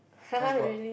cause got